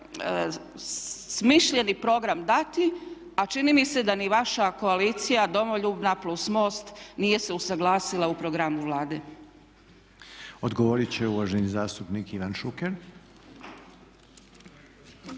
smišljeni program dati, a čini mi se da niti vaša koalicija Domoljubna plus MOST nije se usaglasila u programu Vlade. **Reiner, Željko (HDZ)** Odgovorit će uvaženi zastupnik Ivan Šuker.